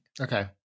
Okay